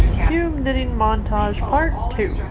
cue knitting montage part two.